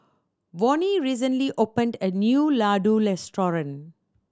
Vonnie recently opened a new Ladoo Restaurant